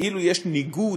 כאילו יש ניגוד